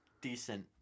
decent